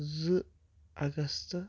زٕ اگستہٕ